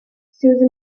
susan